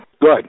Good